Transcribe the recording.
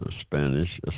Spanish